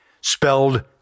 spelled